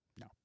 no